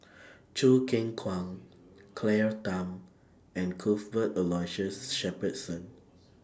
Choo Keng Kwang Claire Tham and Cuthbert Aloysius Shepherdson